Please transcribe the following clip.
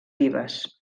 vives